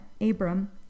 Abram